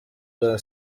bwa